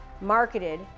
marketed